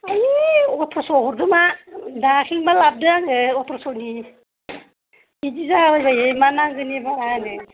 आयै अत्रस' याव हरदो मा दाख्लिनबा लाबदों आङो अत्रस'नि बिदि जाबाय बाययो मा नांगौनि बारा होनो